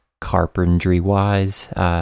carpentry-wise